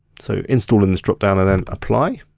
so instal in this dropdown and then apply.